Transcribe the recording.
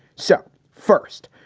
so first,